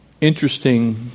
Interesting